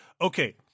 okay